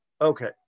Okay